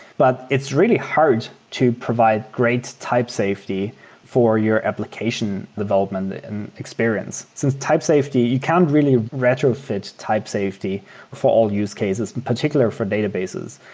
but it's really hard to provide great type safety for your application development and experience. since type safety, you can't really retrofit type safety for all use cases, particular for databases.